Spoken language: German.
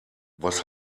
was